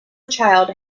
child